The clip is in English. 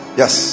yes